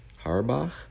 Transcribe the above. Harbach